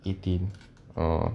eighteen oh